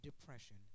depression